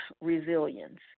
resilience